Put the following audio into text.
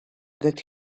that